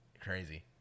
Crazy